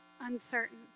uncertain